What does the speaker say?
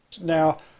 Now